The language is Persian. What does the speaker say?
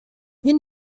این